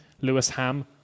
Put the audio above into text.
Lewisham